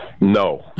No